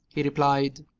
he replied.